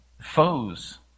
foes